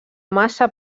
massa